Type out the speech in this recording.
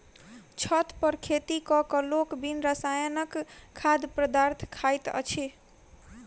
छत पर खेती क क लोक बिन रसायनक खाद्य पदार्थ खाइत अछि